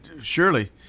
surely